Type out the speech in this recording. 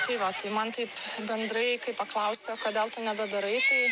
tai va tai man taip bendrai kai paklausia kodėl tu nebedarai tai